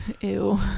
Ew